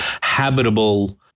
habitable